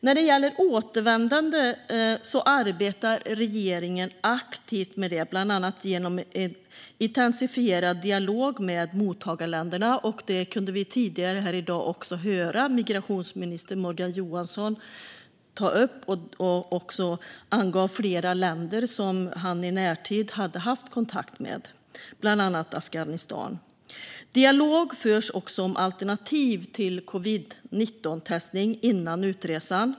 När det gäller återvändande arbetar regeringen aktivt med det, bland annat genom en intensifierad dialog med mottagarländerna. Tidigare i dag kunde vi också höra migrationsminister Morgan Johansson ta upp detta. Han angav även flera länder som han i närtid hade haft kontakt med, bland annat Afghanistan. Dialog förs också om alternativ till covid-19-testning innan utresan.